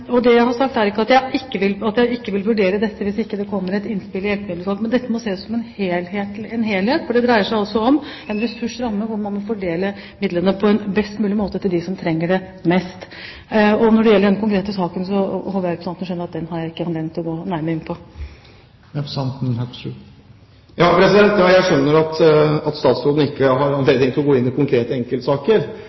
Det jeg har sagt, er ikke at jeg ikke vil vurdere dette hvis ikke det kommer et innspill fra Hjelpemiddelutvalget, men dette må ses som en helhet, for det dreier seg altså om en ressursramme hvor man må fordele midlene på en best mulig måte til dem som trenger det mest. Når det gjelder denne konkrete saken, håper jeg representanten skjønner at den har jeg ikke anledning til å gå nærmere inn på. Ja, jeg skjønner at statsråden ikke har anledning til å gå inn i konkrete enkeltsaker.